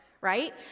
right